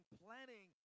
planning